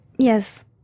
Yes